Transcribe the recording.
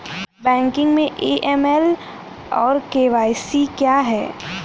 Banking में AML और KYC क्या हैं?